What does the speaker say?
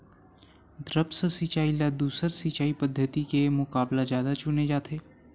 द्रप्स सिंचाई ला दूसर सिंचाई पद्धिति के मुकाबला जादा चुने जाथे